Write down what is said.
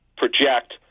project